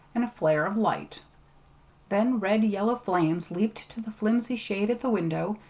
and a flare of light then red-yellow flames leaped to the flimsy shade at the window,